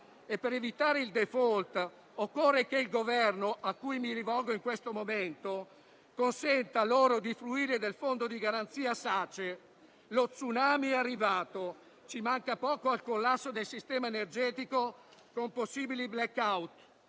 e, per evitare il *default*, occorre che il Governo, a cui mi rivolgo in questo momento, consenta loro di fruire del fondo di garanzia Sace. Lo tsunami è arrivato e manca poco al collasso del sistema energetico, con possibili *blackout.*